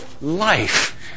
life